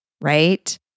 right